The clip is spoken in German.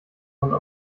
man